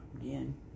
again